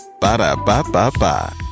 Ba-da-ba-ba-ba